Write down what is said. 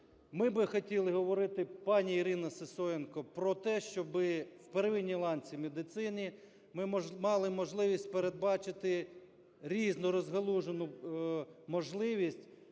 ми би хотіли говорити, пані Ірина Сисоєнко, про те, щоб у первинній ланці медицини ми мали можливість передбачити різну розгалужену можливість